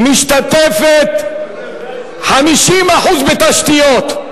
משתתפת 50% בתשתיות.